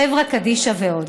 חברה קדישא ועוד.